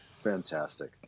fantastic